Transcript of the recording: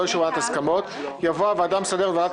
ללא אישור ועדת ההסכמות" יבוא "הוועדה המסדרת וועדת